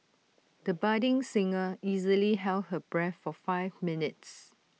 the budding singer easily held her breath for five minutes